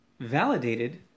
validated